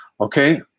Okay